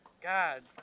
God